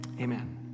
Amen